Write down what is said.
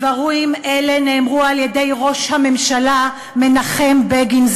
דברים אלה נאמרו על-ידי ראש הממשלה מנחם בגין,